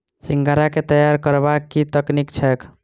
सिंघाड़ा केँ तैयार करबाक की तकनीक छैक?